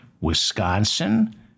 Wisconsin